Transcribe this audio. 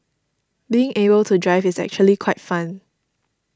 being able to drive is actually quite fun